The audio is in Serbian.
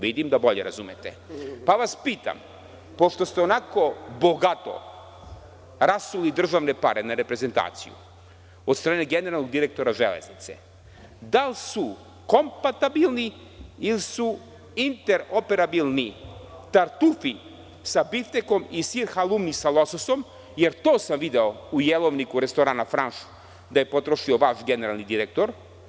Vidim da bolje razumete, pa vas pitam, pošto ste onako bogato rasuli državne pare na reprezentaciju od strane generalnog direktora „Železnice“, da li su kompatibilni ili su interoperabilni tartufi sa biftekom i sir halumi sa lososom, jer sam to video u jelovniku restorana „Franš“ da je potrošio vaš generalni direktor?